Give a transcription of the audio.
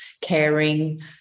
caring